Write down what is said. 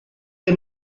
the